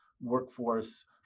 workforce